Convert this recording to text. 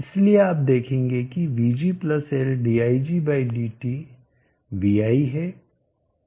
इसलिए आप देखेंगे कि vg L digdt vi है